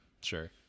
Sure